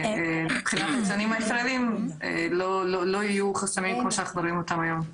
שמבחינת היצרנים הישראליים לא יהיו חסמים כמו שאנחנו רואים אותם היום.